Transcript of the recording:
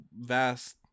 vast